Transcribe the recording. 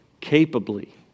capably